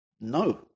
No